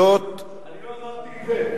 זאת, אני לא אמרתי את זה.